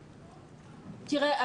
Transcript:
תראה,